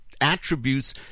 attributes